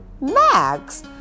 Max